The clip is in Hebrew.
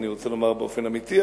אני רוצה לומר באופן אמיתי,